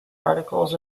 articles